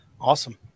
Awesome